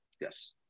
Yes